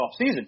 offseason